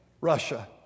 Russia